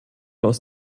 aus